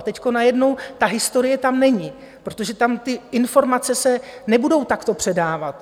A teď najednou ta historie tam není, protože tam ty informace se nebudou takto předávat.